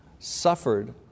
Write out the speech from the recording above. suffered